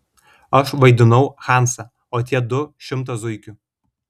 aš vaidinau hansą o tie du šimtą zuikių